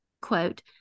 quote